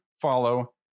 follow